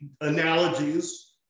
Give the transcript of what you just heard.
analogies